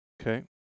Okay